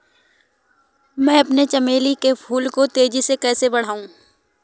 मैं अपने चमेली के फूल को तेजी से कैसे बढाऊं?